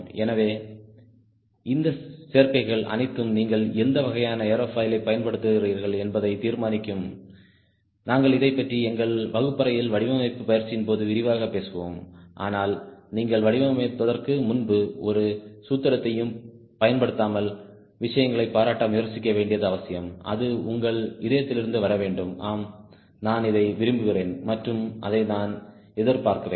எனவே இந்த சேர்க்கைகள் அனைத்தும் நீங்கள் எந்த வகையான ஏரோஃபைலைப் பயன்படுத்துகிறீர்கள் என்பதை தீர்மானிக்கும் நாங்கள் இதைப்பற்றி எங்கள் வகுப்பறையில் வடிவமைப்பு பயிற்சியின்போது விரிவாகப் பேசுவோம் ஆனால் நீங்கள் வடிவமைப்பதற்கு முன்பு ஒரு சூத்திரத்தையும் பயன்படுத்தாமல் விஷயங்களைப் பாராட்ட முயற்சிக்க வேண்டியது அவசியம் அது உங்கள் இதயத்திலிருந்து வரவேண்டும் ஆம் நான் இதை விரும்புகிறேன் மற்றும் அதை தான் எதிர்பார்க்கிறேன்